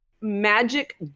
magic